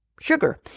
sugar